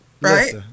right